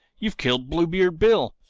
you've killed bluebeard bill.